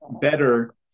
better